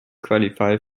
qualify